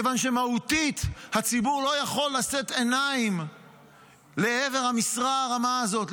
כיוון שמהותית הציבור לא יכול לשאת עיניים לעבר המשרה הרמה הזאת,